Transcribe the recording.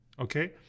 okay